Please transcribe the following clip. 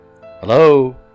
Hello